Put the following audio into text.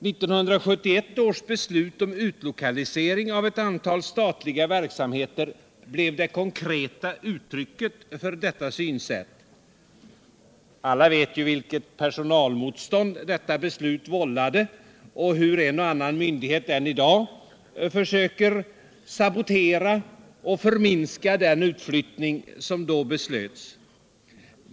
1971 års beslut om utlokalisering av ett antal statliga verksamheter blev det konkreta uttrycket för detta synsätt. Alla vet ju vilket personalmotstånd detta beslut vållade och hur en och annan myndighet än i dag försöker sabotera och förminska den utflyttning som då beslöts.